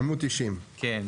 עמוד 90. כן.